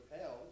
held